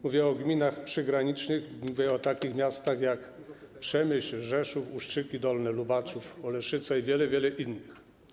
Mówię o gminach przygranicznych, o takich miastach jak Przemyśl, Rzeszów, Ustrzyki Dolne, Lubaczów, Oleszyce i wiele, wiele innych.